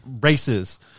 races